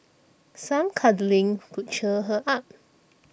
some cuddling could cheer her up